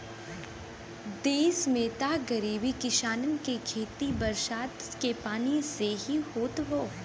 देस में त गरीब किसानन के खेती बरसात के पानी से ही होत हौ